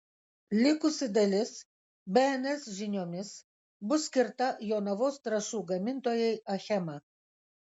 likusi dalis bns žiniomis bus skirta jonavos trąšų gamintojai achema